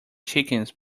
chickens